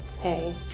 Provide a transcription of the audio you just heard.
hey